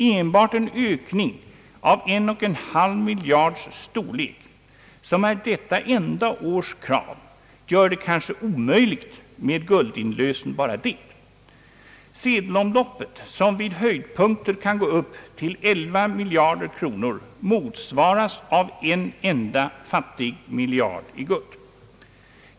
Enbart en ökning av sedelmängden av 1,5 miljards storlek, som är detta enda års krav, gör det kanske omöjligt med guldinlösen bara det. Sedelomloppet som vid höjdpunkten kan gå upp till 11 miljarder kronor motsvaras av en enda fattig miljard i guld.